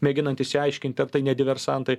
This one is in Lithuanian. mėginant išsiaiškinti ar tai ne diversantai